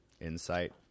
insight